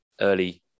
early